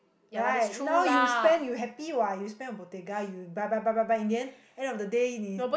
right now you spend you happy [what] you spend on Bottega you buy buy buy buy buy in the end end of the day 你